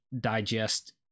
digest